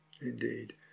indeed